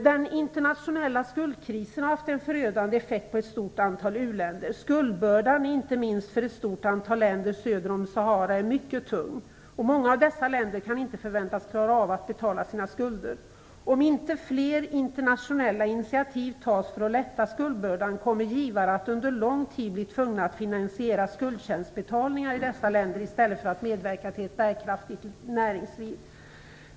Den internationella skuldkrisen har haft en förödande effekt på ett stort antal u-länder. Skuldbördan inte minst för ett stort antal länder söder om Sahara är mycket tung. Många av dessa länder kan inte förväntas klara av att betala sina skulder. Om inte fler internationella initiativ tas för att lätta skuldbördan kommer givare att under lång tid bli tvungna att finansiera skuldtjänstbetalningar i dessa länder i stället för att medverka till ett bärkraftigt näringsliv.